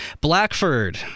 Blackford